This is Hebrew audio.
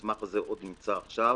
המסמך הזה עדיין נמצא עכשיו.